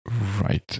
Right